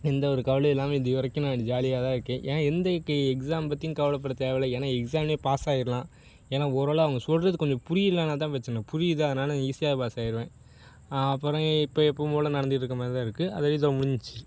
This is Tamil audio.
எந்தவொரு கவலையும் இல்லாமல் இதுவரைக்கும் நான் ஜாலியாகதான் இருக்கேன் ஏன் எந்த எக் எக்ஸ்ஸாம் பற்றியும் கவலப்பட தேவையில்லை ஏன்னால் எக்ஸாம்னே பாஸாகிடலாம் ஏன்னால் ஓரலாக அவங்க சொல்வது கொஞ்சம் புரியலைனா தான் பிரச்சின புரியுது அதனால் ஈஸியாக பாஸாகிருவேன் அப்புறம் இப்போது எப்பவும் போல் நடந்துகிட்டு இருக்க மாதிரி தான் இருக்குது அதே இதே முடிஞ்சிச்சு